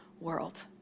world